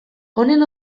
honen